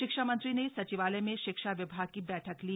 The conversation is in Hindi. शिक्षा मंत्री ने सचिवालय में शिक्षा विभाग की बैठक ली